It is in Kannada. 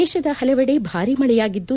ದೇಶದ ಹಲವೆಡೆ ಭಾರೀ ಮಳೆಯಾಗಿದ್ದು